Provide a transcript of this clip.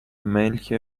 ملک